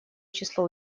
число